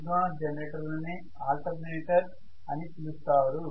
synchronous జనరేటర్లనే alternator అని పిలుస్తారు